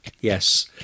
yes